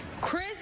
Chris